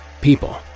People